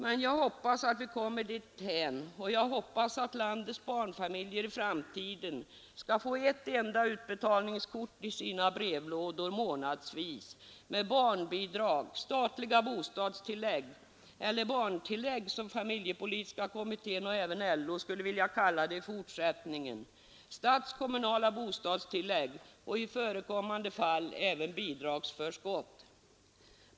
Men jag hoppas att vi kommer dithän, och jag hoppas att landets barnfamiljer i framtiden skall få ett enda utbetalningskort i sina brevlådor månadsvis med barnbidrag, statliga bostadstillägg — eller barntillägg som familjepolitiska kommittén och även LO skulle vilja kalla det i fortsättningen —, statskommunala bostadstillägg och i förekommande fall även bidragsförskott.